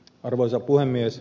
arvoisa puhemies